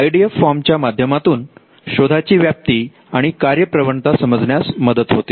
I D F च्या माध्यमातून शोधाची व्याप्ती आणि कार्यप्रवणता समजण्यास मदत होते